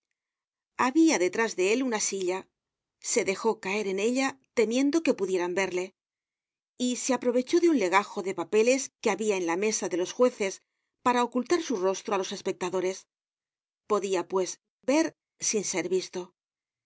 habia detrás de él una silla se dejó caer en ella temiendo que pudieran verle y se aprovechó de un legajo de papeles que habia en la mesa de los jueces para ocultar su rostro á los espectadores podia pues ver sin ser visto